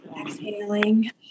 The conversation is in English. exhaling